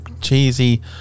cheesy